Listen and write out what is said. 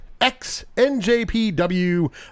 XNJPW